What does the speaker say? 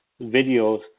videos